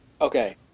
Okay